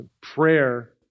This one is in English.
Prayer